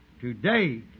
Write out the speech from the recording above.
today